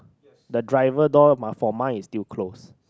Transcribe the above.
the driver door mine for mine is still closed